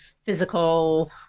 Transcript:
physical